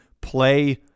play